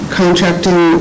contracting